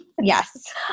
Yes